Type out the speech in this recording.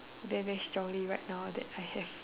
very very strongly right now that I have